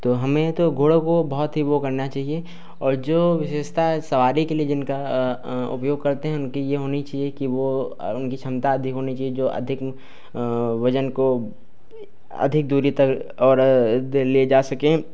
तो हमें तो घोड़ों को बहुत ही वह करना चाहिए और जो विशेषत सवारी के लिए जिनका उपयोग करते हैं उनकी यह होनी चाहिए कि वह उनकी क्षमता अधिक होनी चाहिए जो अधिक वज़न को अधिक दूरी तक और ले जा सकें